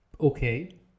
Okay